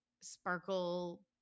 sparkle